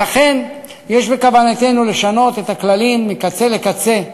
ולכן, יש בכוונתנו לשנות את הכללים מקצה לקצה,